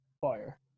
fire